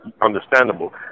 understandable